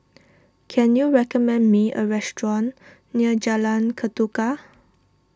can you recommend me a restaurant near Jalan Ketuka